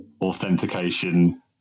authentication